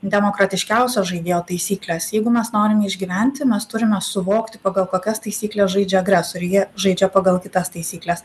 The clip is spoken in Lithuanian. demokratiškiausio žaidėjo taisykles jeigu mes norim išgyventi mes turime suvokti pagal kokias taisykles žaidžia agresoriai jie žaidžia pagal kitas taisykles